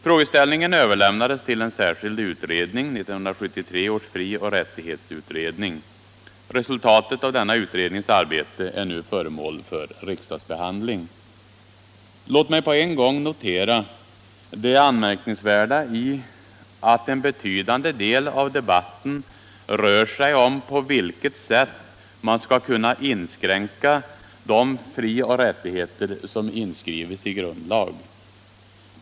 Frågeställningen överlämnades till en särskild utredning, 1973 års frioch rättighetsutredning. Resultatet av denna utrednings arbete är nu föremål för riksdagsbehandling. Låt mig på en gång notera det anmärkningsvärda i att en betydande del av debatten rör sig om på vilket sätt man skall kunna inskränka de frioch rättigheter som inskrives i grundlag!